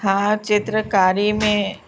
हा चित्रकारी में